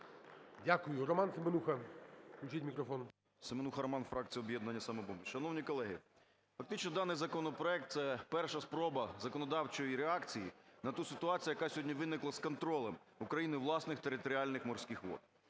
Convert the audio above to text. Дякую. Роман Семенуха, включіть мікрофон. 12:05:12 СЕМЕНУХА Р.С. Семенуха Роман, фракція "Об'єднання "Самопоміч". Шановні колеги, фактично даний законопроект – перша спроба законодавчої реакції на ту ситуацію, яка сьогодні виникла з контролем України власних територіальних морських вод.